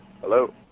Hello